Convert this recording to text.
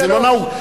זה לא נהוג.